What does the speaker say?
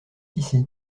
ici